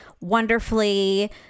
wonderfully